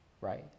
right